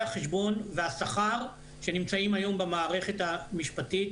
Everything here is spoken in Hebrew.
החשבון והשכר שנמצאים היום במערכת המשפטית,